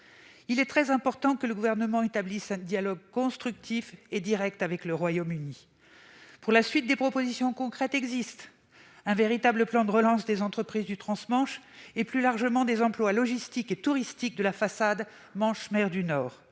Il est très important que le Gouvernement établisse un dialogue constructif et direct avec le Royaume-Uni. Pour la suite, des propositions concrètes existent : un véritable plan de relance des entreprises du trans-Manche, et plus largement, des emplois logistiques et touristiques de la façade Manche-Mer du Nord